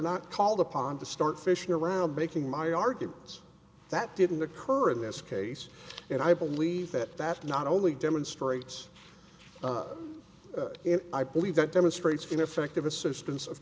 not called upon to start fishing around making my arguments that didn't occur in this case and i believe that that not only demonstrates that i believe that demonstrates ineffective assistance of